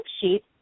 sheet